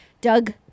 Doug